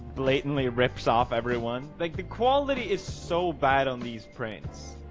blatantly rips off everyone. like, the quality is so bad on these prints.